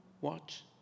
watch